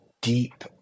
deep